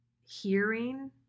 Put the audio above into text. hearing